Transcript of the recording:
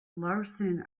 larsen